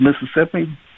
Mississippi